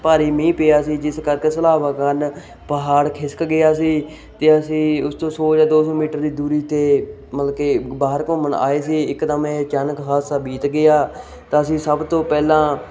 ਭਾਰੀ ਮੀਂਹ ਪਿਆ ਸੀ ਜਿਸ ਕਰਕੇ ਸਲਾਬਾ ਕਾਰਨ ਪਹਾੜ ਖਿਸਕ ਗਿਆ ਸੀ ਅਤੇ ਅਸੀਂ ਉਸ ਤੋਂ ਸੌ ਜਾਂ ਦੋ ਸੌ ਮੀਟਰ ਦੀ ਦੂਰੀ 'ਤੇ ਮਤਲਬ ਕਿ ਬਾਹਰ ਘੁੰਮਣ ਆਏ ਸੀ ਇੱਕਦਮ ਇਹ ਅਚਾਨਕ ਹਾਦਸਾ ਬੀਤ ਗਿਆ ਤਾਂ ਅਸੀਂ ਸਭ ਤੋਂ ਪਹਿਲਾਂ